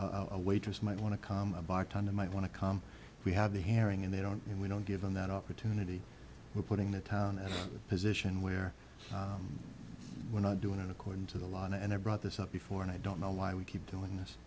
a waitress might want to come a time they might want to come we have a hearing and they don't and we don't give them that opportunity we're putting the town at a position where we're not doing it according to the law and i brought this up before and i don't know why we keep doing this